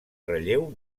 relleu